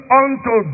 unto